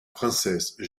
princesse